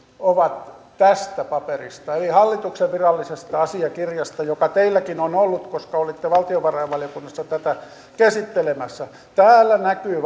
ovat tästä paperista eli hallituksen virallisesta asiakirjasta joka teilläkin on ollut koska olitte valtiovarainvaliokunnassa tätä käsittelemässä täällä näkyy